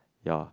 ya